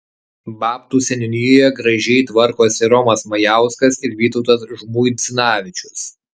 babtų seniūnijoje gražiai tvarkosi romas majauskas ir vytautas žmuidzinavičius